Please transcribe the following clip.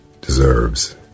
deserves